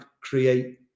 create